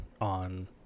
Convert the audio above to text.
on